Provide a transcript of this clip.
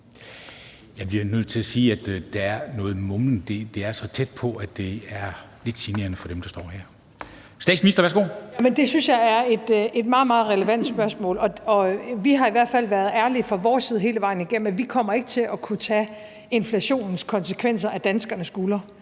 bliver nødt til at sige, at der er noget mumlen, og at det er så tæt på, at det er lidt generende for dem, der står her. Statsministeren, værsgo. Kl. 13:21 Statsministeren (Mette Frederiksen): Det synes jeg er et meget, meget relevant spørgsmål. Vi har i hvert fald været ærlige fra vores side hele vejen igennem om, at vi ikke kommer til at kunne tage inflationens konsekvenser af danskernes skuldre,